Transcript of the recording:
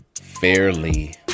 fairly